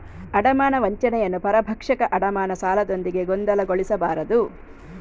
ಅಡಮಾನ ವಂಚನೆಯನ್ನು ಪರಭಕ್ಷಕ ಅಡಮಾನ ಸಾಲದೊಂದಿಗೆ ಗೊಂದಲಗೊಳಿಸಬಾರದು